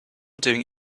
doing